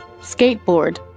Skateboard